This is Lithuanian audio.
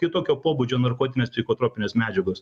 kitokio pobūdžio narkotinės psichotropinės medžiagos